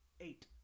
Eight